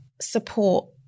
support